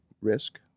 Risk